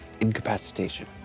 incapacitation